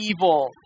evil